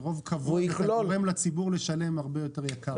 מרוב כבוד אתה גורם לציבור לשלם הרבה יותר יקר.